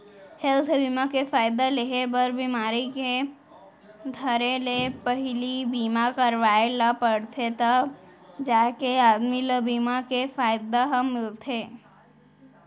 health बीमा के फायदा लेहे बर बिमारी के धरे ले पहिली बीमा करवाय ल परथे तव जाके आदमी ल बीमा के फायदा ह मिलथे